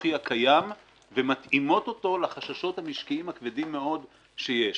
הפיקוחי הקיים ומתאימות אותו לחששות המשקיים הכבדים מאוד שיש.